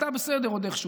אתה בסדר עוד איכשהו.